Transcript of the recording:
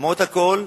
למרות הכול,